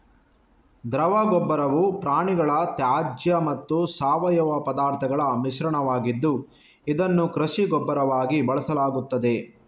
ದ್ರವ ಗೊಬ್ಬರವು ಪ್ರಾಣಿಗಳ ತ್ಯಾಜ್ಯ ಮತ್ತು ಸಾವಯವ ಪದಾರ್ಥಗಳ ಮಿಶ್ರಣವಾಗಿದ್ದು, ಇದನ್ನು ಕೃಷಿ ಗೊಬ್ಬರವಾಗಿ ಬಳಸಲಾಗ್ತದೆ